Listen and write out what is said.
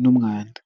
n'umwanda.